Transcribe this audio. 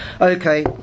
Okay